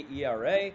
ERA